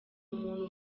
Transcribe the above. umuntu